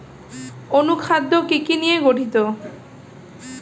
অনুখাদ্য কি কি নিয়ে গঠিত?